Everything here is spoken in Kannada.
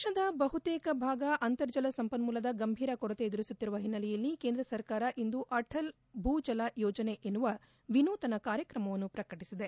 ದೇಶದ ಬಹುತೇಕ ಭಾಗ ಅಂತರ್ಜಲ ಸಂಪನ್ನುಲ ಗಂಭೀರ ಕೊರತೆ ಎದುರಿಸುತ್ತಿರುವ ಹಿನ್ನೆಲೆಯಲ್ಲಿ ಕೇಂದ್ರ ಸರ್ಕಾರ ಇಂದು ಅಟಲ್ ಭೂಜಲ ಯೋಜನೆ ಎನ್ನುವ ವಿನೂತನ ಕಾರ್ಯಕ್ರಮವನ್ನು ಪ್ರಕಟಿಸಿದೆ